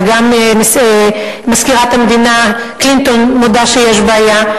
וגם מזכירת המדינה קלינטון מודה שיש בעיה,